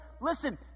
Listen